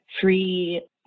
free